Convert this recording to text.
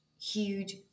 huge